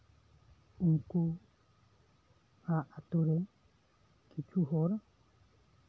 ᱩᱱᱠᱩ ᱟᱜ ᱟᱛᱳ ᱨᱮ ᱠᱤᱪᱷᱩ ᱦᱚᱲ